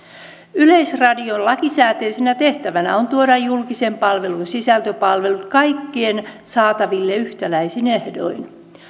yleisradion lakisääteisenä tehtävänä on tuoda julkisen palvelun sisältöpalvelut kaikkien saataville yhtäläisin ehdoin